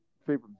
Favorite